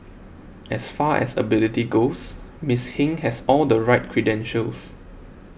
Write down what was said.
as far as ability goes Miss Hing has all the right credentials